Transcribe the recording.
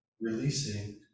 releasing